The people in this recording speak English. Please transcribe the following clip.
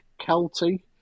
Kelty